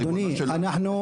יש מנהל.